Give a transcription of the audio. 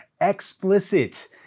explicit